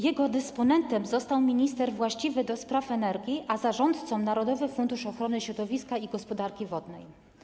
Jego dysponentem został minister właściwy do spraw energii, a zarządcą - Narodowy Fundusz Ochrony Środowiska i Gospodarki Wodnej.